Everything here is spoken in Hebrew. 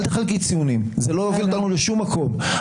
אל תחלקי ציונים, זה לא יוביל אותנו לשום מקום.